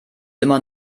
immer